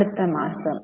അടുത്ത മാസം